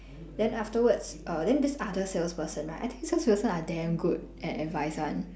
then afterwards err then this other salesperson right I think salesperson are damn good at advice [one]